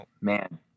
man